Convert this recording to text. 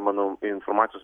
mano informacijos